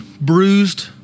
bruised